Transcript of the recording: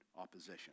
opposition